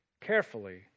carefully